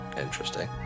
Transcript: Interesting